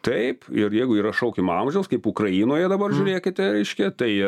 taip ir jeigu yra šaukiamojo amžiaus kaip ukrainoje dabar žiūrėkite reiškia tai